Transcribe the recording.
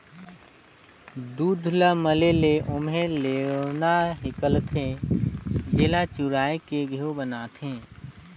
दूद ल मले ले ओम्हे लेवना हिकलथे, जेला चुरायके घींव बनाथे